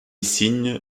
singh